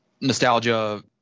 nostalgia